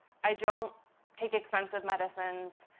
i don't take expensive medicines.